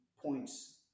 points